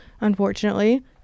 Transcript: unfortunately